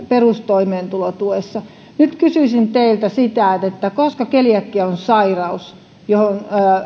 perustoimeentulotuessa nyt kysyisin teiltä koska keliakia on sairaus johon